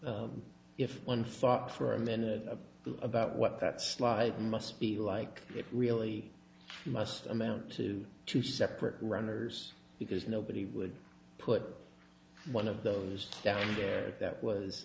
if one thought for a minute about what that slide must be like it really must amount to two separate runners because nobody would put one of those down there that was